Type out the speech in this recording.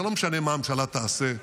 זה לא משנה מה הממשלה תעשה,